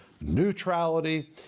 neutrality